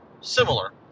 similar